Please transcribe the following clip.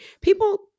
people